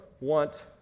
want